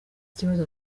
ikibazo